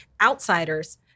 outsiders